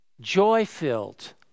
joy-filled